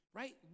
right